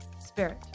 spirit